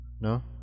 No